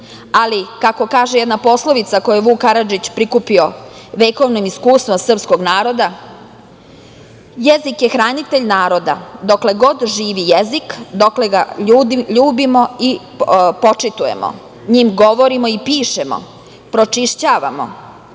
ali kako kaže jedna poslovica koju je Vuk Karadžić prikupio vekovnim iskustvom srpskog naroda - jezik je hranitelj naroda, dokle god živi jezik, dokle ga ljubimo i počitujemo, njim govorimo i pišemo, pročišćavamo,